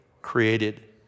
created